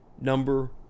number